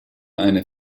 eine